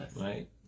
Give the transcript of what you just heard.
right